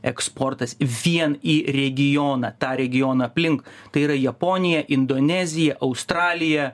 eksportas vien į regioną tą regioną aplink tai yra japonija indonezija australija